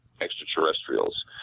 extraterrestrials